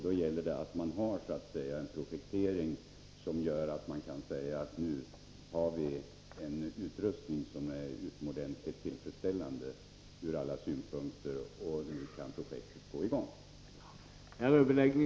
Då gäller det att ha en sådan projektering att man kan säga: Nu har vi en utrustning som ur alla synpunkter är utomordentligt tillfredsställande så nu kan projektet sättas i gång.